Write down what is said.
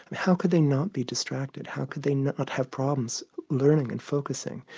and how could they not be distracted, how could they not have problems learning and focusing?